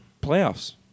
playoffs